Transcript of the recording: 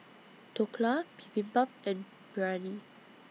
Dhokla Bibimbap and Biryani